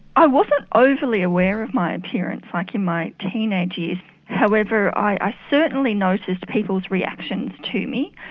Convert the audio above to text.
i wasn't overly aware of my appearance like in my teenage years however i certainly noticed people's reactions to me.